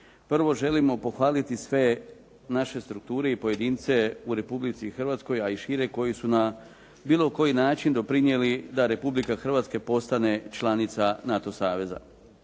prvo želimo pohvaliti sve naše strukture i pojedince u Republici Hrvatskoj a i šire koji su na bilo koji način doprinijeli da Republika Hrvatska postane članica NATO saveza.